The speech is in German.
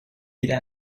weder